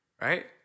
Right